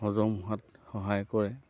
হজম হোৱাত সহায় কৰে